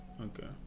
Okay